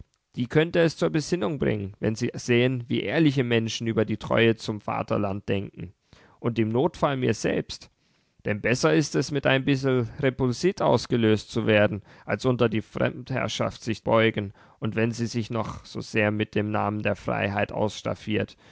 die könnte es zur besinnung bringen wenn sie sehen wie ehrliche menschen über die treue zum vaterland denken und im notfall mir selbst denn besser ist es mit ein bissel repulsit ausgelöscht zu werden als unter die fremdherrschaft sich beugen und wenn sie sich noch so sehr mit dem namen der freiheit ausstaffiert